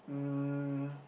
um